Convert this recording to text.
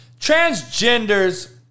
Transgenders